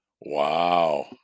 Wow